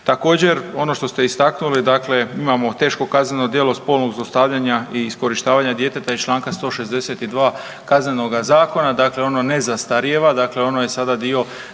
Također, ono što ste istaknuli, dakle imamo teško kazneno djelo spolnog zlostavljanja i iskorištavanja djeteta iz čl. 162. KZ-a, dakle ono ne zastarijeva ono je sada dio